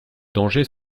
danger